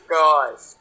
guys